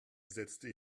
setzte